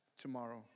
tomorrow